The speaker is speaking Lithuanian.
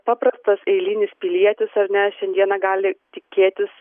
paprastas eilinis pilietis ar ne šiandieną gali tikėtis